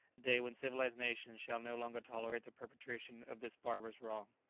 a day when civilized nations shall no longer tolerate the perpetration of this barbarous wrong?